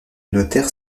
notaire